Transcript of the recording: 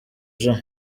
jean